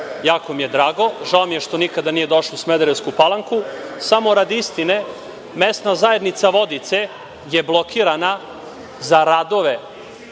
jako mi je drago. Žao mi je što nikada nije došao u Smederevsku Palanku. Samo radi istine, mesna zajednica Vodice je blokirana za radove